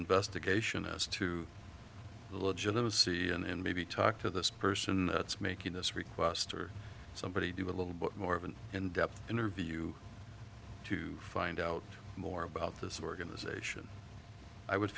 investigation as to the legitimacy and maybe talk to this person that's making this request or somebody do a little bit more of an in depth interview to find out more about this organization i would